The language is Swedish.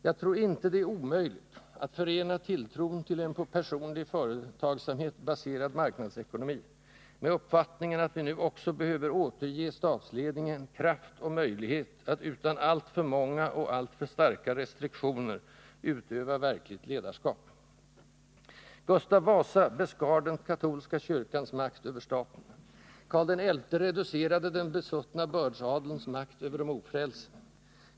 Jag tror inte det är omöjligt att förena tilltron till en på personlig företagsamhet baserad marknadsekonomi med uppfattningen att vi nu också behöver återge statsledningen kraft och möjlighet att utan alltför många och alltför starka restriktioner utöva verkligt ledarskap. Gustav Vasa beskar den katolska kyrkans makt över staten. Karl XI reducerade den besuttna bördsadelns makt över de ofrälse.